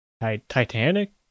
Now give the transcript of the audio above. Titanic